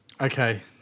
Okay